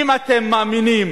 אם אתם מאמינים